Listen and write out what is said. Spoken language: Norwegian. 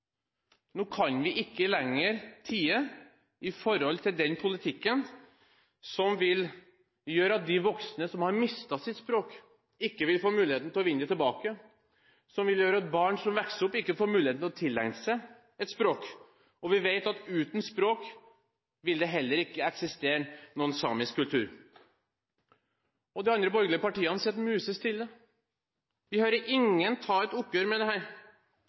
nå kan vi ikke lenger tie i forhold til den politikken som vil gjøre at de voksne som har mistet sitt språk, ikke vil få muligheten til å vinne det tilbake, som vil gjøre at barn som vokser opp, ikke får muligheten til å tilegne seg et språk, og vi vet at uten språk vil det heller ikke eksistere noen samisk kultur. De andre borgerlige partiene sitter musestille. Vi hører ingen ta et oppgjør med